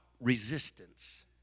resistance